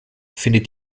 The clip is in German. findet